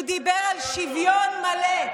הוא דיבר על שוויון מלא,